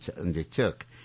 undertook